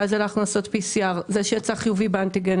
ואז הלכנו לעשות PCR. זה שיצא חיובי באנטיגן,